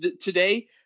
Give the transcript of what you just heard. today